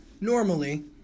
Normally